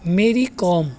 میری کوم